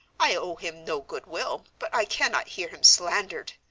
i owe him no goodwill, but i cannot hear him slandered.